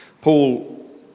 Paul